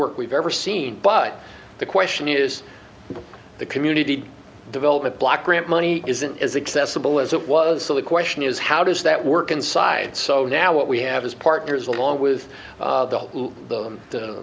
work we've ever seen but the question is the community development block grant money isn't as accessible as it was so the question is how does that work inside so now what we have is partners along with them the